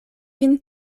vin